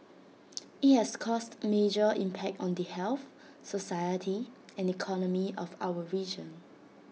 IT has caused major impact on the health society and economy of our region